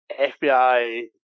FBI